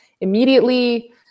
immediately